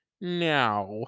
now